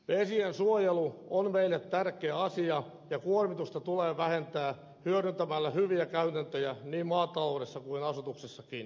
vesien suojelu on meille tärkeä asia ja kuormitusta tulee vähentää hyödyntämällä hyviä käytäntöjä niin maataloudessa kuin asutuksessakin